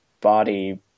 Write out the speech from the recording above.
body